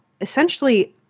essentially